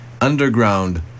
underground